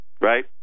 Right